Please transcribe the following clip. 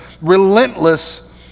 relentless